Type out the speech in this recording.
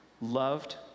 loved